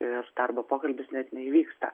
ir darbo pokalbis net neįvyksta